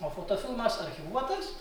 o fotofilmas archyvuotas